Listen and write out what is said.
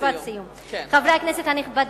חברי הכנסת הנכבדים,